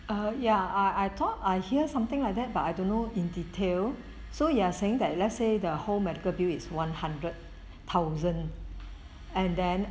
err ya I I I thought I hear something like that but I don't know in detail so you are saying that let's say the whole medical bill is one hundred thousand and then